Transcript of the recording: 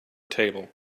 table